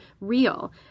real